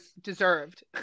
deserved